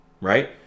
Right